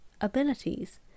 abilities